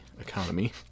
economy